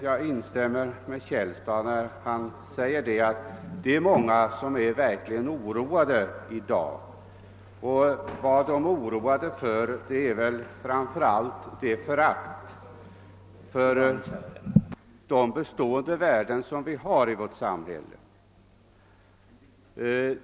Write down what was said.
Jag instämmer i herr Källstads ord att många verkligen är oroade i dag. Framför allt är de oroade över föraktet för de bestående värdena i vårt samhälle.